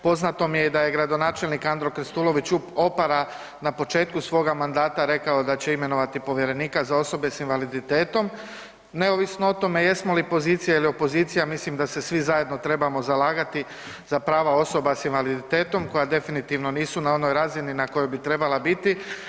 Poznato mi je da je gradonačelnik Andro Krstulović Opara na početku svoga mandata rekao da će imenovati povjerenika za osobe s invaliditetom, neovisno o tome jesmo li pozicija ili opozicija mislim da se svi zajedno trebamo zalagati za prava osoba s invaliditetom koja definitivno nisu na onoj razini na kojoj bi trebala biti.